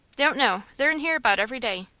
don't know. they're in here about every day.